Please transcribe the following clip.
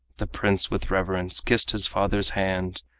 the prince with reverence kissed his father's hand,